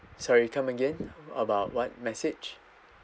sorry come again about what message